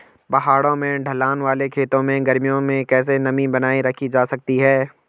पहाड़ों में ढलान वाले खेतों में गर्मियों में कैसे नमी बनायी रखी जा सकती है?